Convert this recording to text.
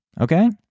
okay